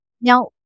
Now